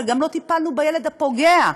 וגם לא טיפלנו בילד הפוגע,